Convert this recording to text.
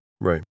right